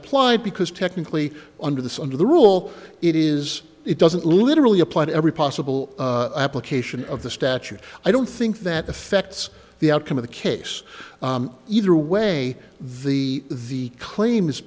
applied because technically under the under the rule it is it doesn't literally apply to every possible application of the statute i don't think that affects the outcome of the case either way the claim